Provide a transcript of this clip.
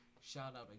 shout-out